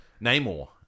Namor